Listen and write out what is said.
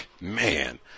man